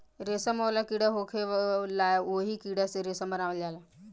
रेशम वाला कीड़ा होखेला ओही कीड़ा से रेशम बनावल जाला